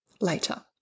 later